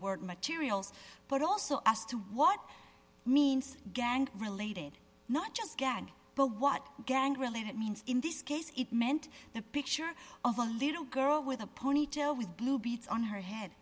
word materials but also as to what means gang related not just get the what gang related means in this case it meant the picture of a little girl with a ponytail with blue beads on her head